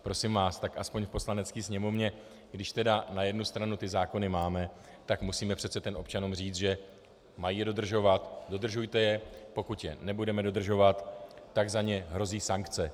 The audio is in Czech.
Prosím vás, tak aspoň v Poslanecké sněmovně, když tedy na jednu stranu zákony máme, tak musíme přece občanům říct, že je mají dodržovat, dodržujte je, pokud je nebudeme dodržovat, tak za ně hrozí sankce.